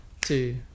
two